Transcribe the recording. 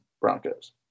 Broncos